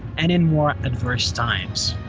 and in more adverse times.